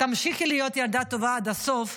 תמשיכי להיות ילדה טובה עד הסוף.